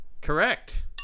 Correct